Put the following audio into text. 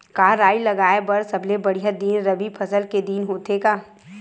का राई लगाय बर सबले बढ़िया दिन रबी फसल के दिन होथे का?